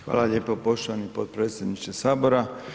Hvala lijepa poštovani potpredsjedniče Sabora.